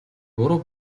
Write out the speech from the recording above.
буруу